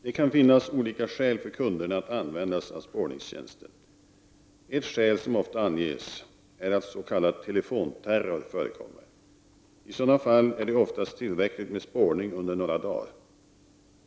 Det kan finnas olika skäl för kunderna att använda sig av spårningstjänsten. Ett skäl som ofta anges är att s.k. telefonterror förekommer. I sådana fall är det oftast tillräckligt med spårning under några dagar.